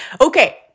Okay